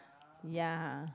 ya